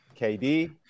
KD